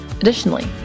Additionally